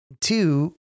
two